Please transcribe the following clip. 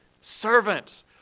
servant